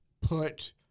put